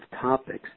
topics